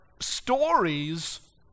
stories